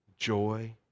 Joy